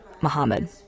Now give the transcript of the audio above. Mohammed